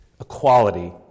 equality